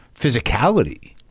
physicality